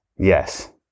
Yes